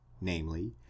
namely